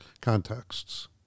contexts